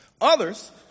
Others